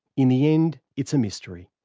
in the end, it's a mystery.